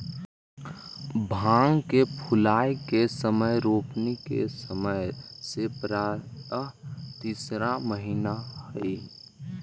भांग के फूलाए के समय रोपनी के समय से प्रायः तीसरा महीना हई